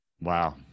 Wow